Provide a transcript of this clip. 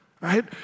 right